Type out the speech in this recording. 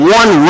one